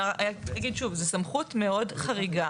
רק נגיד שוב, זה סמכות מאוד חריגה.